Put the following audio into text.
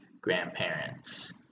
grandparents